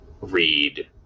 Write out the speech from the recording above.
read